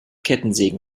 kettensägen